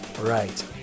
Right